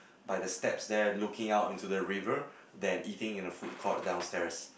by the steps there and looking out in to the river than eating in the food court downstairs